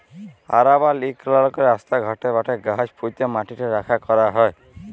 আরবাল ইলাকাললে রাস্তা ঘাটে, মাঠে গাহাচ প্যুঁতে ম্যাটিট রখ্যা ক্যরা হ্যয়